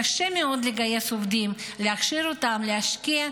קשה מאוד לגייס עובדים, להכשיר אותם ולהשקיע,